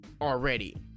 already